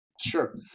Sure